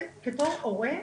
בתור הורה,